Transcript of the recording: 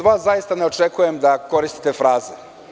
Od vas zaista ne očekujem da koristite fraze.